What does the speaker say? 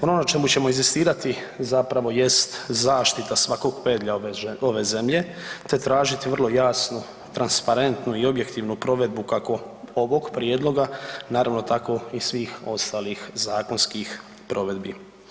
Ono o na čemu ćemo inzistirati jest zaštita svakog pedlja ove zemlje te tražiti vrlo jasnu, transparentu i objektivnu provedbu kako ovog prijedloga, naravno tako i svih ostalih zakonskih provedbi.